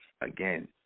Again